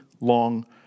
long